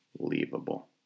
unbelievable